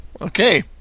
okay